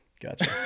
Gotcha